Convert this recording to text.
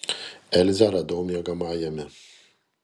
elzę radau miegamajame